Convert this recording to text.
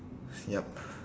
yup